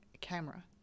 camera